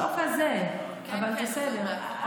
לא כזה, אבל בסדר.